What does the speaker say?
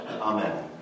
amen